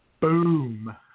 boom